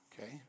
okay